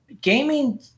gaming